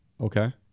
okay